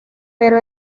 pero